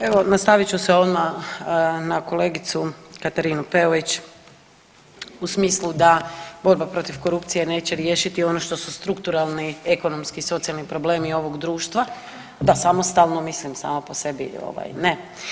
Evo, nastavit ću se odmah na kolegicu Katarinu Peović u smislu da borba protiv korupcije neće riješiti ono što su strukturalni ekonomski i socijalni problemi ovog društva, da samostalno, mislim, samo po sebi ne.